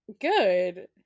Good